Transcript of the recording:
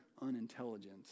unintelligent